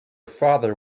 father